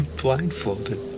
blindfolded